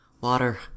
water